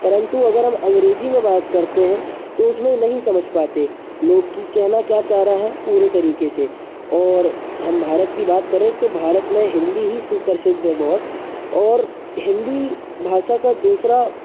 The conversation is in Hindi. परंतु अगर हम अंग्रेजी में बात करते हैं तो उसमें नहीं समझ पाते लोग की कहना क्या चाह रहा है पूरे तरीके से और हम भारत की बात करें तो भारत में हिंदी ही सुप्रसिद्ध है बहुत और हिंदी भाषा का दूसरा